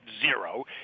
zero